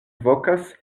vokas